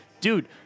dude